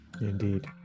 Indeed